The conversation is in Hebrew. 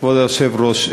כבוד היושב-ראש,